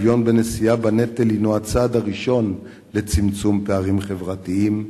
שוויון ונשיאה בנטל הינם הצעד לצמצום פערים חברתיים.